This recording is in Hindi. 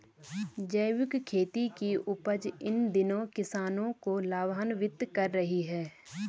जैविक खेती की उपज इन दिनों किसानों को लाभान्वित कर रही है